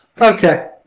Okay